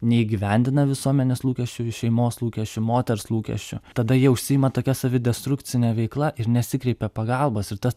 neįgyvendina visuomenės lūkesčių šeimos lūkesčių moters lūkesčių tada jie užsiima tokia savidestrukcine veikla ir nesikreipia pagalbos ir ta